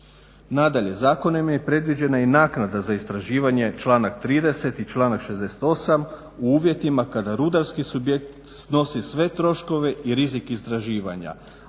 Nadalje, zakonom je predviđena i naknada za istraživanje članak 30. i članak 68. U uvjetima kada rudarski subjekt snosi sve troškove i rizik istraživanja,